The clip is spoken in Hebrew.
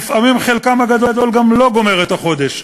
ולפעמים חלקם הגדול גם לא גומר את החודש.